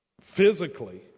physically